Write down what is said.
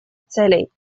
целей